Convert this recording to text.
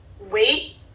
wait